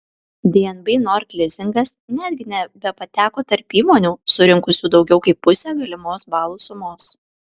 dnb nord lizingas netgi nebepateko tarp įmonių surinkusių daugiau kaip pusę galimos balų sumos